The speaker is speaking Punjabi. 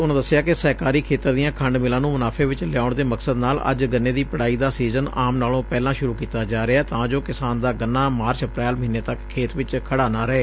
ਉਨੂਾਂ ਦੱਸਿਆ ਕਿ ਸਹਿਕਾਰੀ ਖੇਤਰ ਦੀਆਂ ਖੰਡ ਮਿਲਾਂ ਨੂੰ ਮੁਨਾਫੇ ਵਿਚ ਲਿਆਉਣ ਦੇ ਮਕਸਦ ਨਾਲ ਅੱਜ ਗੰਨੇ ਦੀ ਪਿਤਾਈ ਦਾ ਸੀਜ਼ਨ ਆਮ ਨਾਲੋਂ ਪਹਿਲਾਂ ਸ਼ੁਰੁ ਕੀਤਾ ਜਾ ਰਿਹੈ ਤਾਂ ਜੋ ਕਿਸਾਨ ਦਾ ਗੰਨਾ ਮਾਰਚ ਅਪ੍ੈਲ ਮਹੀਨੇ ਤੱਕ ਖੇਤ ਵਿਚ ਖੜਾ ਨਾ ਰਹੇ